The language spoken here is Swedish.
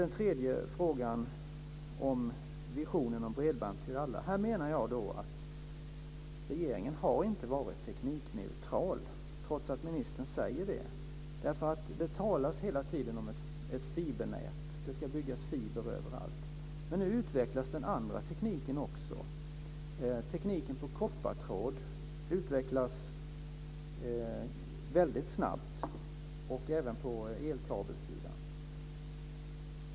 Min tredje fråga gällde visionen om bredband till alla. Regeringen har inte varit teknikneutral, trots att ministern säger det. Det talas hela tiden om ett fibernät. Det ska byggas fiber överallt. Nu utvecklas annan teknik också mycket snabbt, bl.a. när det gäller koppartråd och elkabel.